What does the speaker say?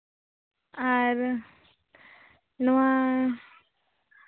ᱟᱨ ᱱᱚᱣᱟ